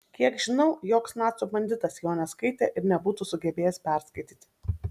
kiek žinau joks nacių banditas jo neskaitė ir nebūtų sugebėjęs perskaityti